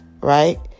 right